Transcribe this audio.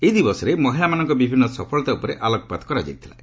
ଏହି ଦିବସରେ ମହିଳାମାନଙ୍କ ବିଭିନ୍ନ ସଫଳତା ଉପରେ ଆଲୋପାତ କରାଯାଇଥାଏ